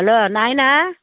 hello నాయనా